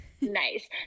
nice